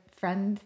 friend